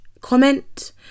comment